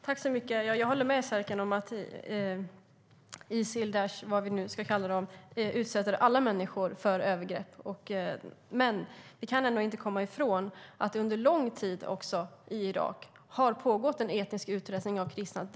Herr talman! Jag håller med Serkan om att Isil, Daesh eller vad vi nu ska kalla dem utsätter alla människor för övergrepp. Men vi kan inte komma ifrån att det under lång tid har pågått en etnisk utrensning av kristna i Irak.